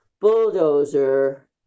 bulldozer